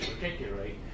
particularly